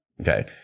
Okay